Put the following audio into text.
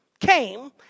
came